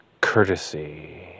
courtesy